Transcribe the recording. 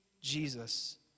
Jesus